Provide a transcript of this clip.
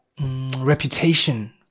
reputation